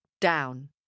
down